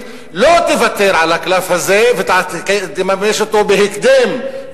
לא תוותר על הקלף הזה ותממש אותו בהקדם,